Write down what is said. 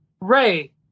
ray